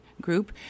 group